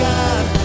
God